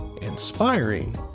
inspiring